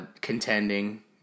contending